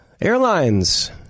Airlines